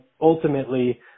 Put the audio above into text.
ultimately